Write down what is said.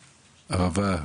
ערבה,